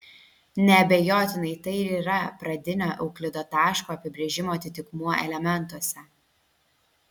neabejotinai tai ir yra pradinio euklido taško apibrėžimo atitikmuo elementuose